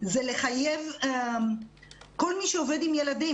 זה לחייב כל מי שעובד עם ילדים,